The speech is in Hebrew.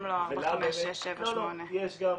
גם לא 4, 5, 6, 7, 8. לא, לא, יש גם